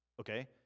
Okay